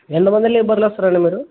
ఎంతమంది లేబర్లు వస్తారండి మీరు